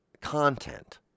content